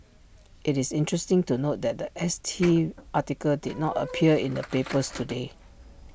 IT is interesting to note that The S T article did not appear in the papers today